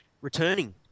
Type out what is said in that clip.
returning